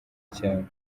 cyane